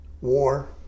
war